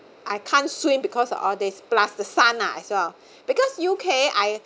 I can't swim because of all this plus the sun ah as well because U_K I